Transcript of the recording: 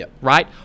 right